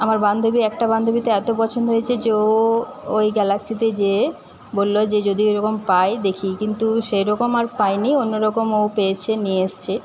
আমার বান্ধবী একটা বান্ধবী তো এতো পছন্দ হয়েছে যে ও ওই গ্যালাক্সিতে যেয়ে বললো যে যদি এরকম পাই দেখি কিন্তু সেইরকম আর পায় নি অন্যরকম ও পেয়েছে নিয়ে এসছে